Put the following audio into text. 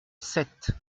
sept